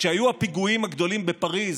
כשהיו הפיגועים הגדולים בפריז,